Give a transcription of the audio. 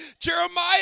Jeremiah